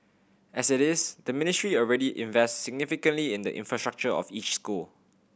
as it is the Ministry already invests significantly in the infrastructure of each school